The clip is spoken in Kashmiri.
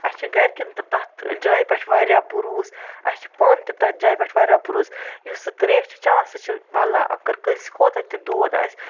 اَسہِ چھِ گَرِکٮ۪ن تہِ تَتھ جایہِ پٮ۪ٹھ واریاہ بٕروٗسہٕ اَسہِ چھِ پانہٕ تہِ تَتھ جایہِ پٮ۪ٹھ واریاہ بٕروٗسہٕ یُس سُہ ترٛیش چھِ چٮ۪وان سُہ چھِ بَلان اَگر کٲنٛسہِ کوتاہ تہِ دود آسہِ